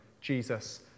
Jesus